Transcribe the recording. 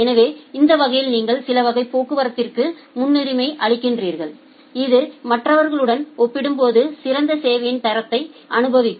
எனவே அந்த வகையில் நீங்கள் சில வகை போக்குவரத்திற்கு முன்னுரிமை அளிக்கிறீர்கள் இது மற்றவர்களுடன் ஒப்பிடும்போது சிறந்த சேவையின் தரத்தை அனுபவிக்கும்